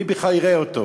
מי בכלל יראה אותו?